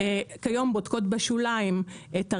שכיום בודקות בשוליים את הרכבים.